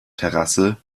terrasse